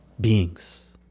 beings